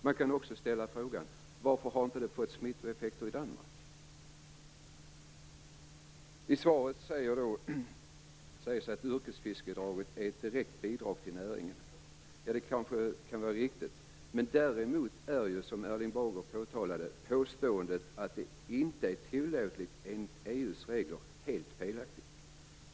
Man kan också ställa frågan: Varför har det inte fått smittoeffekter i Danmark? I svaret sägs att yrkesfiskeavdraget är ett direkt bidrag till näringen. Det kanske kan vara riktigt. Däremot är ju påståendet att det inte är tillåtet enligt EU:s regler helt felaktigt, som Erling Bager påpekade.